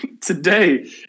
today